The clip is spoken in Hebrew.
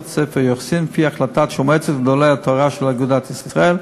לפי החלטת מועצת התורה של אגודת ישראל,